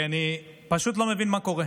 כי אני פשוט לא מבין מה קורה.